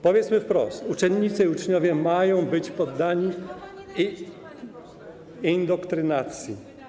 Powiedzmy wprost: uczennice i uczniowie mają być poddani indoktrynacji.